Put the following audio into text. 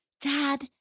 Dad